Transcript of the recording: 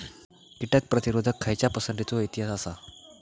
कीटक प्रतिरोधक खयच्या पसंतीचो इतिहास आसा?